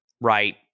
Right